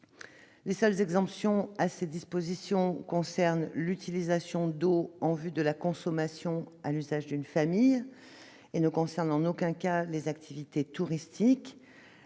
Les seules exemptions à ces dispositions concernent l'utilisation d'eau en vue de la consommation à l'usage d'une famille et ne concernent en aucun cas les activités touristiques.